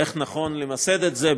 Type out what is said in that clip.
איך נכון למסד את זה,